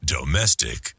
Domestic